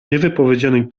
niewypowiedzianej